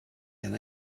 can